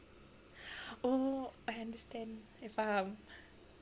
oh I understand I faham